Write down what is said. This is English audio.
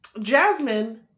Jasmine